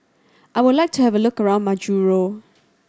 I would like to have a look around Majuro